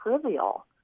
trivial